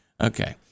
okay